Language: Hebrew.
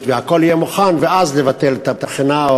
והכול יהיה מוכן ואז לבטל את הבחינה,